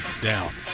down